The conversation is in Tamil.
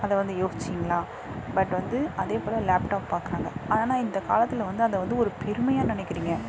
அதை வந்து யோசிச்சுங்களா பட் வந்து அதேப்போல் லேப்டாப் பார்க்கறாங்க ஆனால் இந்த காலத்தில் வந்து அதை வந்து ஒரு பெருமையாக நினைக்கிறிங்க